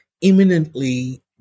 imminently